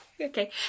Okay